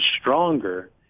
stronger